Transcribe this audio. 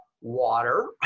water